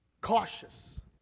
cautious